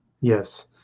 Yes